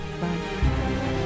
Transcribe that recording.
Bye